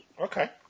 Okay